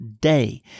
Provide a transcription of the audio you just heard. day